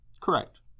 Correct